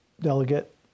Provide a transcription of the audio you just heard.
delegate